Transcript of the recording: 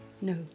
No